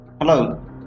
Hello